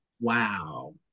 Wow